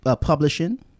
publishing